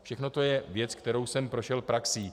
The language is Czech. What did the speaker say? Všechno to je věc, kterou jsem prošel praxí.